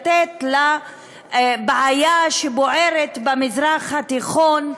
ומהבעיה שבוערת במזרח התיכון,